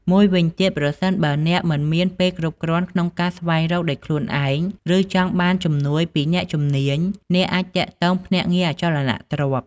មួយវិញទៀត ប្រសិនបើអ្នកមិនមានពេលគ្រប់គ្រាន់ក្នុងការស្វែងរកដោយខ្លួនឯង ឬចង់បានជំនួយពីអ្នកជំនាញ អ្នកអាចទាក់ទងភ្នាក់ងារអចលនទ្រព្យ។